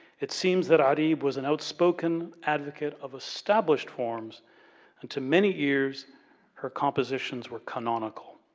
it seems that ah-reeb was an outspoken advocate of established forms and to many ears her compositions were canonical.